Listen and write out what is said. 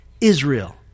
Israel